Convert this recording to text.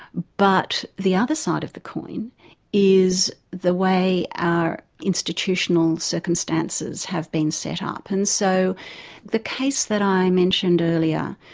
but the other side of the coin is the way our institutional circumstances have been set up. and so the case that i mentioned earlier,